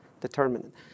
determinant